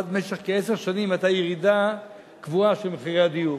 ואז במשך כעשר שנים היתה ירידה קבועה של מחירי הדיור.